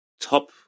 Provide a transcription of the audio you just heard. top